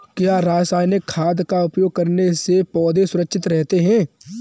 क्या रसायनिक खाद का उपयोग करने से पौधे सुरक्षित रहते हैं?